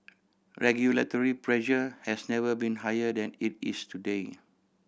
regulatory pressure has never been higher than it is today